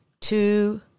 two